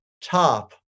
top